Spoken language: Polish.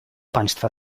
państwa